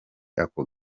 ako